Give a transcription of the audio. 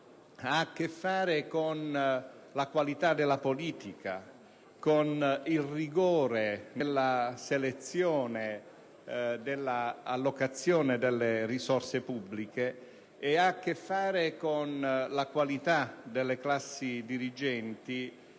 ha a che fare con la qualità della politica, con il rigore nella selezione dell'allocazione delle risorse pubbliche, con la qualità delle classi dirigenti